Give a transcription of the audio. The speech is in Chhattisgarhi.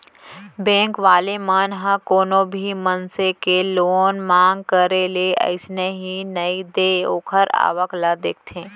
बेंक वाले मन ह कोनो भी मनसे के लोन मांग करे ले अइसने ही नइ दे ओखर आवक ल देखथे